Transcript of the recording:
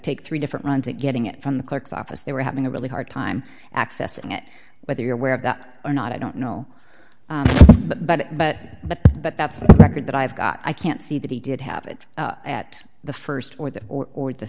take three different runs and getting it from the clerk's office they were having a really hard time accessing it whether you're aware of that or not i don't know but but but but but that's the record that i've got i can't see that he did have it at the st or that or the